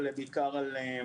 אותם